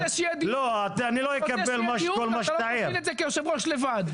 אני רוצה שיהיה דיון ואתה לא תפעיל את זה כיושב-ראש לבד.